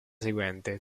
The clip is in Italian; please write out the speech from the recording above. seguente